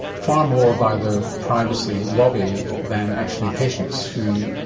far more by the privacy lobby than actually patients who,